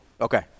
Okay